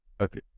okay